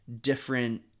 different